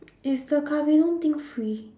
is the kabedon thing free